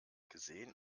gesehen